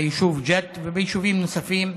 ביישוב ג'ת וביישובים נוספים,